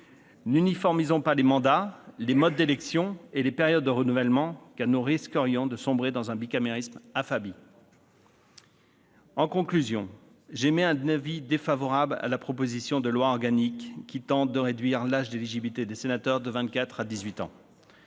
N'uniformisons pas les mandats, les modes d'élection et les périodes de renouvellement, car nous risquerions de sombrer dans un bicamérisme affadi. » En conclusion, j'émets un avis défavorable sur la proposition de loi organique qui tend à réduire l'âge d'éligibilité des sénateurs de vingt-quatre